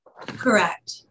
Correct